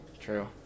True